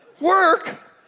Work